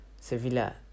Sevilla